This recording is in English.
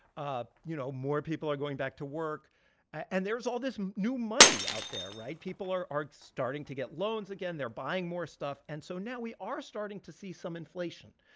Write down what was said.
ah you know, more people are going back to work and there's all this new money out there, right? people are are starting to get loans again. they're buying more stuff. and so now we are starting to see some inflation.